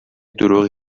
دروغی